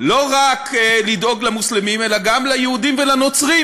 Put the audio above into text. לא רק לדאוג למוסלמים, אלא גם ליהודים ולנוצרים.